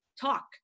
talk